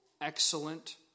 excellent